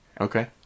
Okay